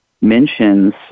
mentions